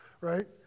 right